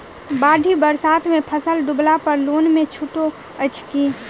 बाढ़ि बरसातमे फसल डुबला पर लोनमे छुटो अछि की